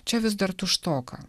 čia vis dar tuštoka